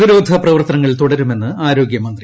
പ്രതിരോധ പ്രവർത്തനങ്ങൾ തുടരുമെന്ന് ആരോഗൃമന്ത്രി